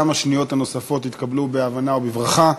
גם השניות הנוספות התקבלו בהבנה ובברכה.